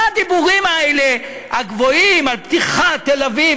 מה הדיבורים האלה, הגבוהים, על פתיחת תל-אביב?